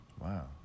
Wow